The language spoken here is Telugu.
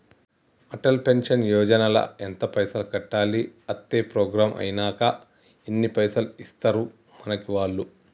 అటల్ పెన్షన్ యోజన ల ఎంత పైసల్ కట్టాలి? అత్తే ప్రోగ్రాం ఐనాక ఎన్ని పైసల్ ఇస్తరు మనకి వాళ్లు?